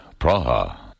Praha